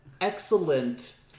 excellent